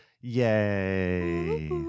Yay